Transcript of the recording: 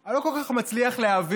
אני לא כל כך מצליח להבין.